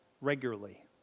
regularly